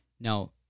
Now